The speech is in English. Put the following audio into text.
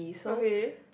okay